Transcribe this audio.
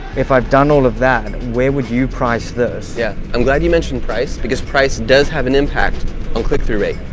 if i've done all of that, where would you price this? yeah, i'm glad you mentioned price because price does have an impact on click-through rate.